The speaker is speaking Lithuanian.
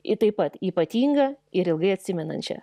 i taip pat ypatingą ir ilgai atsimenančią